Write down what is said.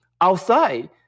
outside